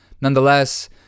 Nonetheless